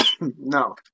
No